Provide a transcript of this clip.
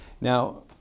Now